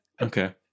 Okay